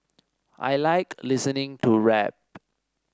I like listening to rap